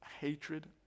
hatred